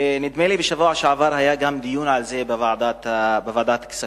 נדמה לי שבשבוע שעבר היה דיון על זה בוועדת הכספים.